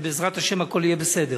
ובעזרת השם הכול יהיה בסדר.